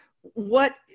what-